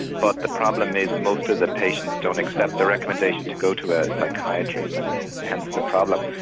but the problem is most of the patients don't accept the recommendation to go to a psychiatrist and hence the problem.